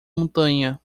montanha